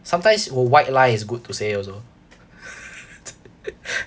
sometimes a white lie is good to say also